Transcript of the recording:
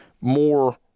more